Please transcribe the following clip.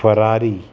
Ferrari